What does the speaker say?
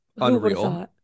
unreal